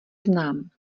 znám